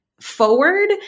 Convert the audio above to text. forward